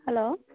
hello